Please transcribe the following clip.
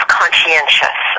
conscientious